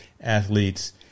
athletes